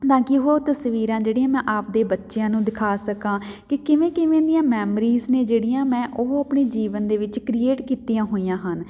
ਤਾਂ ਕਿ ਉਹ ਤਸਵੀਰਾਂ ਜਿਹੜੀਆਂ ਮੈਂ ਆਪਦੇ ਬੱਚਿਆਂ ਨੂੰ ਦਿਖਾ ਸਕਾਂ ਕਿ ਕਿਵੇਂ ਕਿਵੇਂ ਦੀਆਂ ਮੈਮਰੀਜ਼ ਨੇ ਜਿਹੜੀਆਂ ਮੈਂ ਉਹ ਆਪਣੇ ਜੀਵਨ ਦੇ ਵਿੱਚ ਕ੍ਰੀਏਟ ਕੀਤੀਆਂ ਹੋਈਆਂ ਹਨ